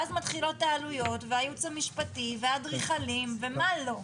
ואז מתחילות העלויות והייעוץ המשפטי והאדריכלים ומה לא.